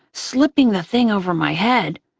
slipping the thing over my head.